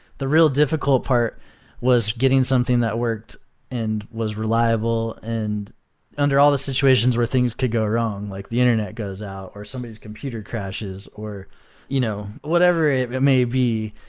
the real difficult part was getting something that worked and was reliable and under all the situations where things could go wrong, like the internet goes out, or somebody's computer crashes, or you know whatever it may be.